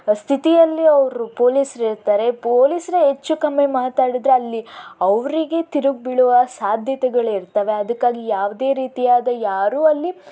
ಸ್ಥಿತಿಯಲ್ಲಿ ಅವರು ಪೋಲೀಸ್ರು ಇರ್ತಾರೆ ಪೋಲೀಸ್ರೇ ಹೆಚ್ಚು ಕಮ್ಮಿ ಮಾತಾಡಿದ್ರೆ ಅಲ್ಲಿ ಅವರಿಗೆ ತಿರುಗಿ ಬೀಳುವ ಸಾಧ್ಯತೆಗಳಿರ್ತವೆ ಅದಕ್ಕಾಗಿ ಯಾವುದೇ ರೀತಿಯಾದ ಯಾರು ಅಲ್ಲಿ